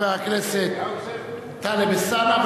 חבר הכנסת טלב אלסאנע,